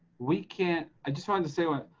we can't i just wanted to say what